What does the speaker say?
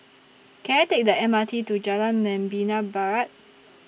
Can I Take The M R T to Jalan Membina Barat